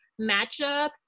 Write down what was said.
matchup